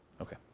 Okay